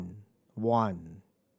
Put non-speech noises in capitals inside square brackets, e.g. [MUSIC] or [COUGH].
[NOISE] one